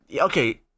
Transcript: okay